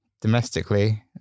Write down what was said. Domestically